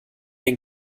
den